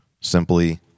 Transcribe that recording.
simply